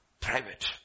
private